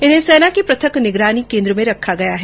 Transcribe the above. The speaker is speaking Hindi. इन्हें सेना के पृथक निगरानी केन्द्र में रखा गया है